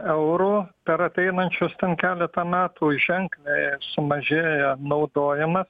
eurų per ateinančius ten keletą metų ženkliai sumažėja naudojimas